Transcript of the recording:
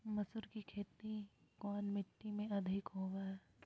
मसूर की खेती कौन मिट्टी में अधीक होबो हाय?